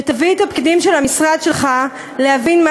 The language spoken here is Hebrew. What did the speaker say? שתביא את הפקידים של המשרד שלך להבין מה